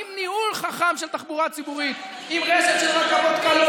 מסכסכת בין אוכלוסיות כדי לגרוף עוד כמה קולות,